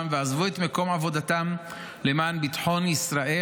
ועזבו את מקום עבודתם למען ביטחון ישראל,